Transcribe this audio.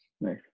Nice